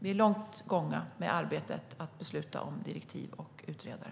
Vi är långt gångna med arbetet att besluta om direktiv och utredare.